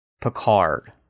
Picard